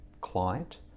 client